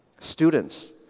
Students